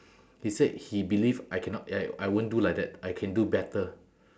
he said he believe I cannot I I won't do like that I can do better